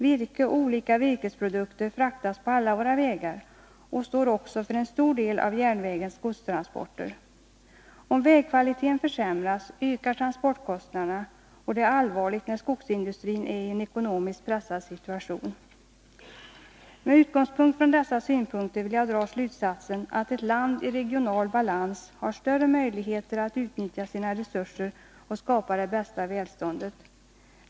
Virke och olika virkesprodukter fraktas på alla våra vägar och står också för en stor del av järnvägens godstransporter. Om vägkvaliteten försämras ökar transportkostnaderna, och det är allvarligt när skogsindustrin är i en ekonomiskt pressad situation. Med utgångspunkt i dessa synpunkter vill jag dra slutsatsen att ett land i regional balans har större möjligheter att utnyttja sina resurser och skapa det bästa välståndet.